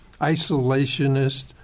isolationist